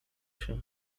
się